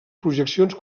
projeccions